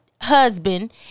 husband